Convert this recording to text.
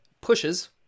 pushes